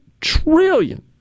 trillion